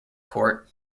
court